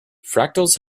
fractals